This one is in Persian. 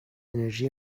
انرژی